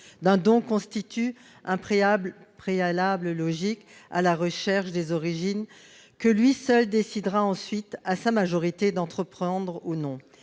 d'un don constitue un préalable logique à la recherche des origines que lui seul décidera ensuite, à sa majorité, d'entreprendre ou non.